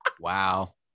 Wow